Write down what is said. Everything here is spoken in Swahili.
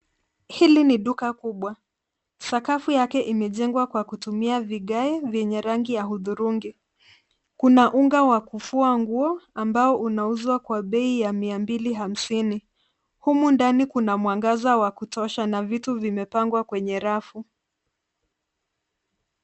Hili ni duka kubwa. Sakafu yake imejengwa kwa kutumia vigae vyenye rangi ya hudhurungi. Kuna unga wa kufua nguo ambao unauzwa kwa bei ya mia mbili hamsini. Humu ndani kuna mwangaza wa kutosha na vitu vimepangwa kwenye rafu.